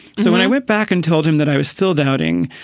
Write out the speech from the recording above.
so when i went back and told him that i was still doubting,